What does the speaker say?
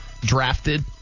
drafted